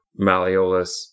Malleolus